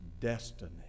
destiny